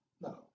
No